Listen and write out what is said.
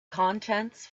contents